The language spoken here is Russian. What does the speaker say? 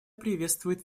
приветствует